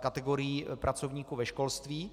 kategorií pracovníků ve školství.